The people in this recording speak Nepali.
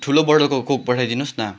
ठुलो बोतलको कोक पठाइदिनुहोस् न